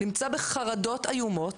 נמצא בחרדות איומות,